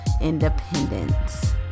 independence